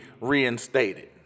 reinstated